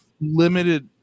limited